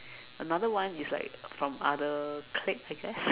another one is like from other clique I guess